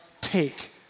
take